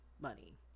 money